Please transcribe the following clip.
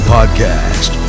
Podcast